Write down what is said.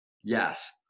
Yes